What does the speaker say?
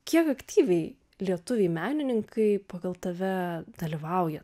kiek aktyviai lietuviai menininkai pagal tave dalyvauja